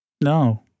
No